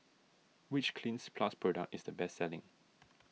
which Cleanz Plus product is the best selling